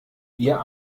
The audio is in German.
ihr